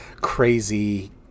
crazy